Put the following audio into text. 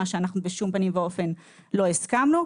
מה שאנחנו בשום פנים ואופן לא הסכמנו,